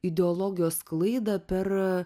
ideologijos sklaida per